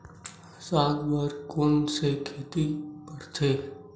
साग बर कोन से खेती परथे?